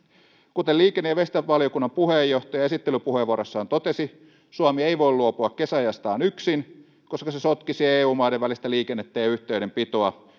kuten liikenne ja viestintävaliokunnan puheenjohtaja esittelypuheenvuorossaan totesi suomi ei voi luopua kesäajastaan yksin koska se sotkisi eu maiden välistä liikennettä ja yhteydenpitoa